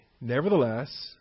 Nevertheless